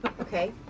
Okay